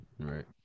Right